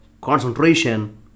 concentration